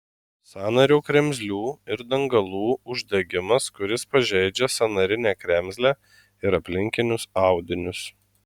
sąnario kremzlių ir dangalų uždegimas kuris pažeidžia sąnarinę kremzlę ir aplinkinius audinius